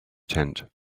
tent